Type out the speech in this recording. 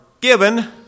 given